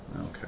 Okay